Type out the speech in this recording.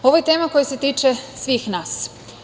Ovo je tema koja se tiče svih nas.